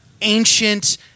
ancient